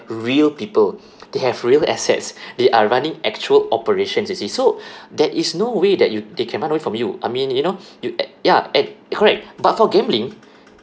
real people they have real assets they are running actual operations you see so there is no way that you they can run away from you I mean you know you a~ ya correct but for gambling